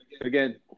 Again